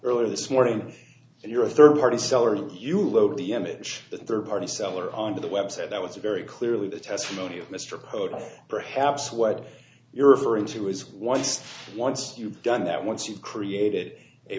earlier this morning and you're a third party seller you load the image of third party seller on the website that was very clearly the testimony of mr code or perhaps what you're referring to is once once you've done that once you've created a